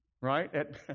right